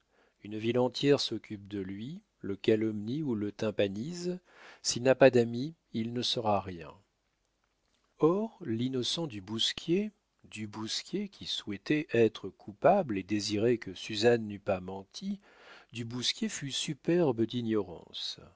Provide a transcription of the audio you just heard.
une ville entière s'occupe de lui le calomnie ou le tympanise s'il n'a pas d'amis il ne saura rien or l'innocent du bousquier du bousquier qui souhaitait être coupable et désirait que suzanne n'eût pas menti du bousquier fut superbe d'ignorance